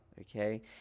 Okay